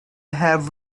have